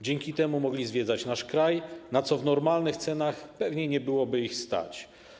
Dzięki temu mogli zwiedzać nasz kraj, na co w normalnych cenach pewnie nie byłoby ich stać.